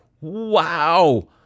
Wow